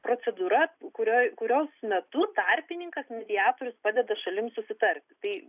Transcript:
procedūra kurioj kurios metu tarpininkas mediatorius padeda šalims susitarti